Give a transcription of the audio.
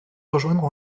rejoindre